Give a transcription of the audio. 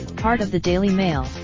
part of the daily mail,